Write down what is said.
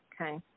okay